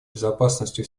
безопасностью